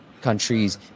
countries